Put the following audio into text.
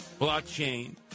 blockchain